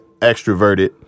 extroverted